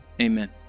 amen